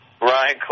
Ryan